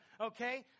okay